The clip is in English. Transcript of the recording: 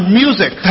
music